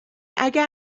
اگر